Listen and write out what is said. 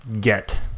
get